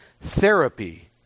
therapy